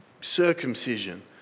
circumcision